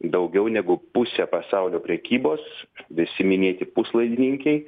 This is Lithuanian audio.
daugiau negu pusė pasaulio prekybos visi minėti puslaidininkiai